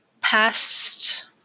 Past